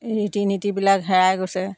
ৰীতি নীতিবিলাক হেৰাই গৈছে